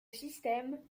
système